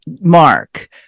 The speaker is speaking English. Mark